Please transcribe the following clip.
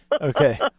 Okay